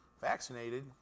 vaccinated